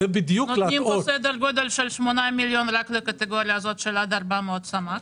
נותנים פה סדר גודל של 8 מיליון רק לקטגוריה הזו של עד 400 סמ"ק.